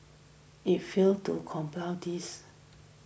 it failed to comply this